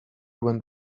went